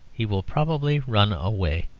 he will probably run away.